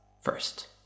first